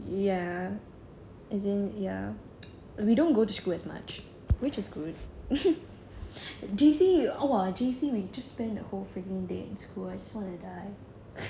ya as in ya but we don't go to school as much which is good J_C !wah! J_C we just spend our whole freaking day in school I just want to die